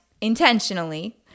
intentionally